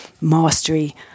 mastery